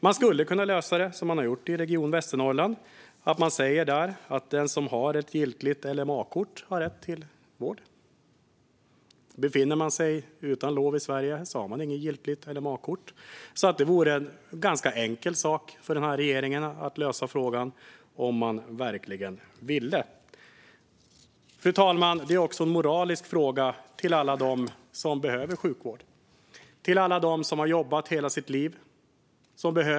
Man skulle kunna lösa det som Region Västernorrland har gjort. Där säger man att den som har ett giltigt LMA-kort har rätt till vård. Befinner man sig utan lov i Sverige har man inget giltigt LMA-kort. Det vore alltså en ganska enkel sak för regeringen att lösa frågan om man verkligen ville. Fru talman! Det är också en moralisk fråga i förhållande till alla som behöver sjukvård och som har jobbat i hela sitt liv.